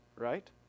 right